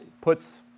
puts